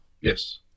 Yes